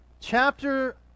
chapter